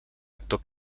actor